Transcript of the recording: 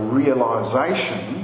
realisation